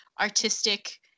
artistic